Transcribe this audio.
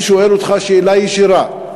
אני שואל אותך שאלה ישירה: